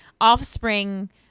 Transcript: offspring